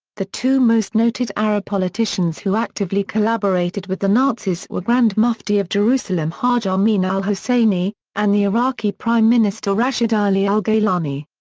the two most noted arab politicians who actively collaborated with the nazis were grand mufti of jerusalem haj amin al-husseini, and the iraqi prime minister rashid ali al-gaylani.